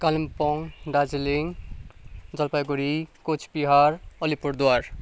Kalimpong Darjeeling Jalpaiguri Cooch Behar Alipurduar